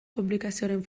konplikazioaren